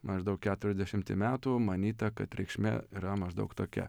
maždaug keturiasdešimtį metų manyta kad reikšmė yra maždaug tokia